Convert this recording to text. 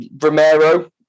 Romero